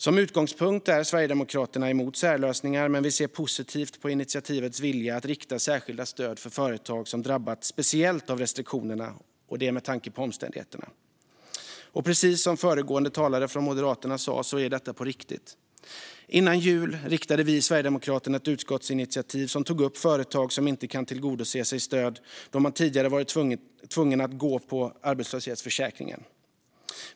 Som utgångspunkt är Sverigedemokraterna emot särlösningar, men vi ser positivt på initiativets vilja att rikta särskilda stöd till företag som drabbats speciellt av restriktionerna, det med tanke på omständigheterna. Precis som föregående talare från Moderaterna sa är detta på riktigt. Före jul lade vi sverigedemokrater fram ett utskottsinitiativ som tog upp företag som inte kan tillgodogöra sig stöd då man tidigare varit tvungen att använda arbetslöshetsförsäkringen.